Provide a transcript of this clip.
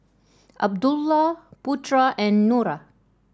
Abdullah Putra and Nura